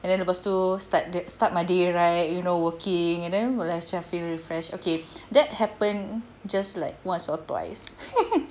and then lepas tu start the start my day right you know working and then like macam feel refreshed okay that happened just like once or twice